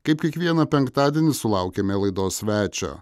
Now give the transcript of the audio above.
kaip kiekvieną penktadienį sulaukėme laidos svečio